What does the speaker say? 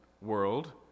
world